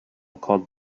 called